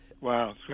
wow